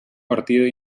partida